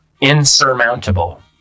insurmountable